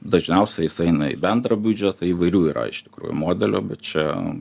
dažniausia jis eina į bendrą biudžetą įvairių yra iš tikrųjų modelių bet čia